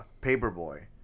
Paperboy